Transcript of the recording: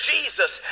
Jesus